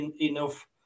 enough